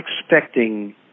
expecting